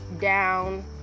down